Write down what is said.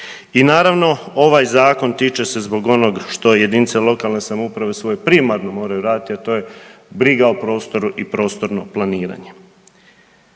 I naravno, ovaj Zakon, tiče se zbog onog što jedinice lokalne samouprave svoje primarno moraju raditi, a to je briga o prostoru i prostorno planiranje.